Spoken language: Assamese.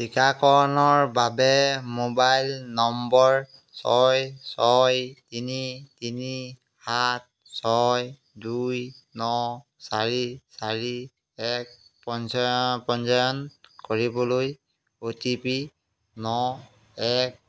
টীকাকৰণৰ বাবে মোবাইল নম্বৰ ছয় ছয় তিনি তিনি সাত ছয় দুই ন চাৰি চাৰি এক পঞ্জীয়ন কৰিবলৈ অ' টি পি ন এক